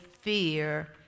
fear